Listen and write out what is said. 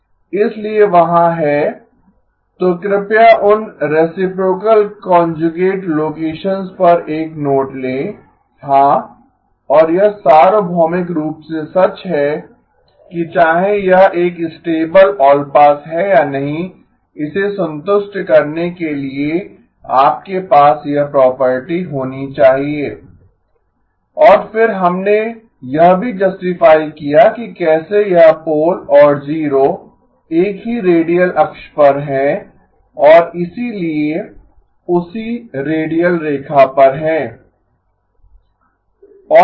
इसलिए वहाँ है तो कृपया उन रेसिप्रोकल कांजुगेट लोकेशनसंस पर एक नोट लें हाँ और यह सार्वभौमिक रूप से सच है कि चाहें यह एक स्टेबल ऑलपास है या नहीं इसे संतुष्ट करने के लिए आपके पास यह प्रॉपर्टी होनी चाहिए और फिर हमने यह भी जस्टिफाई किया कि कैसे यह पोल और जीरो एक ही रेडियल अक्ष पर हैं और इसीलिए उसी रेडियल रेखा पर हैं